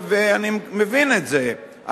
ואני מבין את זה,